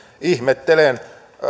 ihmettelen